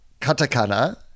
Katakana